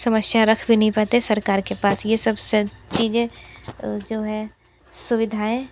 समश्या रख भी नहीं पाते सरकार के पास यह सब सब चीजें जो है सुविधायें